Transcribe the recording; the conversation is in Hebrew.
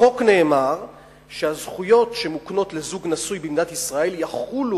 בחוק נאמר שהזכויות שמוקנות לזוג נשוי במדינת ישראל יחולו